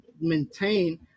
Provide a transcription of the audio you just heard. maintain